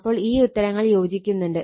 അപ്പോൾ ഈ ഉത്തരങ്ങൾ യോജിക്കുന്നുണ്ട്